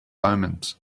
omens